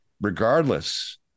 regardless